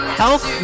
health